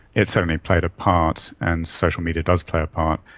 it certainly played a part, and social media does play a part,